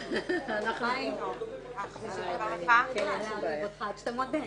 הדרך הכי פשוטה שייסע לחו"ל,